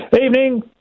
Evening